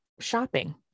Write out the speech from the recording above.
shopping